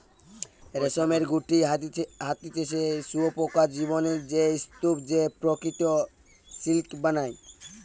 রেশমের গুটি হতিছে শুঁয়োপোকার জীবনের সেই স্তুপ যে প্রকৃত সিল্ক বানায়